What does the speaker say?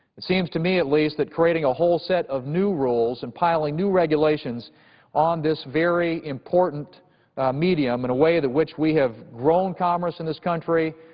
it seems to me at least that creating a whole set of new rules and piling new regulations on this very important medium in a way that we which we have grown commerce in this country,